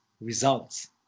results